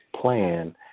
plan